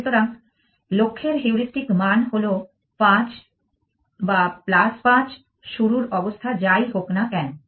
সুতরাং লক্ষ্যের হিউরিস্টিক মান হল 5 বা প্লাস 5 শুরুর অবস্থা যাই হোক না কেন